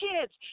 kids